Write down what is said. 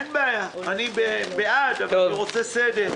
אני גם הופעתי באספות שעשיתם.